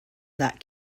that